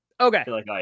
Okay